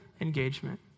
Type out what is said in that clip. engagement